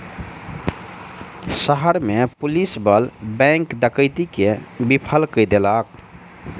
शहर में पुलिस बल बैंक डकैती के विफल कय देलक